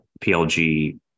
PLG